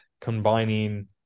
combining